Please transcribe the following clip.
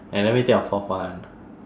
and let me think of fourth one